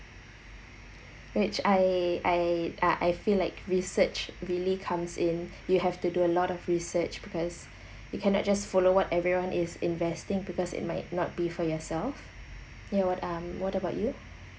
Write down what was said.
which I I I feel like research really comes in you have to do a lot of research because you cannot just follow what everyone is investing because it might not be for yourself ya um what what about you